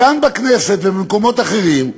כאן בכנסת ובמקומות אחרים,